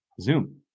zoom